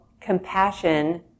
compassion